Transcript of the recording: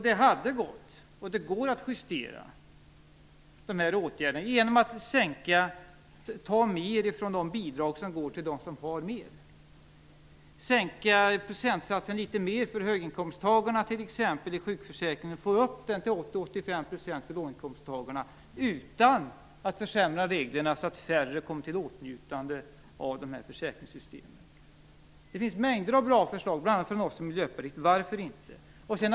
Det hade gått, och det går, att justera de här åtgärderna genom att ta mer ifrån de bidrag som går till dem som har mer, sänka procentsatsen i sjukförsäkringen litet mer för höginkomsttagarna t.ex. och få upp den till 80 85 % för låginkomsttagarna, utan att försämra reglerna så att färre kommer till åtnjutande av de här försäkringssystemen. Det finns mängder av bra förslag, bl.a. från oss i Miljöpartiet. Varför inte anta dem?